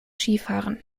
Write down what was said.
skifahren